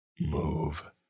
Move